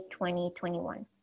2021